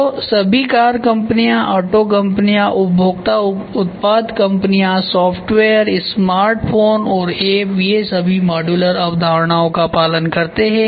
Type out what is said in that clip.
तो सभी कार कंपनियां ऑटो कंपनियां उपभोक्ता उत्पाद कंपनियांसॉफ्टवेयरस्मार्टफोन और ऐप ये सभी मॉड्यूलर अवधारणाओं का पालन करते हैं